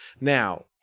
Now